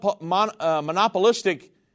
monopolistic